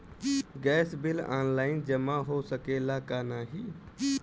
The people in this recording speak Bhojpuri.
गैस बिल ऑनलाइन जमा हो सकेला का नाहीं?